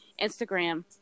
instagram